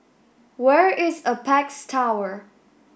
where is Apex Tower